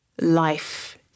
life